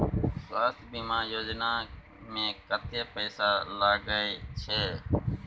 स्वास्थ बीमा योजना में कत्ते पैसा लगय छै?